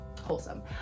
wholesome